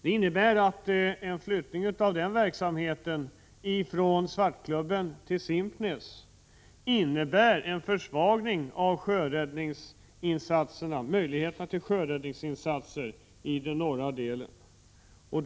En flyttning av verksamheten från Svartklubben till Simpnäs innebär en försvagning av möjligheterna till sjöräddningsinsatser i den norra delen av skärgården.